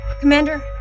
Commander